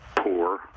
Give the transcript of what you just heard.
poor